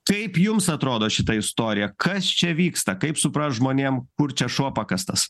kaip jums atrodo šita istorija kas čia vyksta kaip suprast žmonėm kur čia šuo pakastas